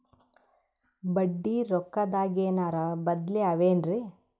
ಬಡ್ಡಿ ರೊಕ್ಕದಾಗೇನರ ಬದ್ಲೀ ಅವೇನ್ರಿ?